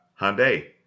Hyundai